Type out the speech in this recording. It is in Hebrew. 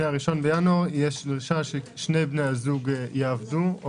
מ-1 בינואר יש דרישה ששני בני הזוג יעבדו.